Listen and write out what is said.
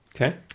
Okay